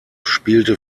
spielte